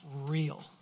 real